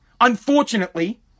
unfortunately